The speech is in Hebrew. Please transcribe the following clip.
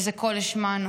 איזה קול השמענו,